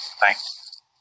thanks